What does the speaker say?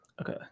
Okay